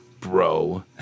bro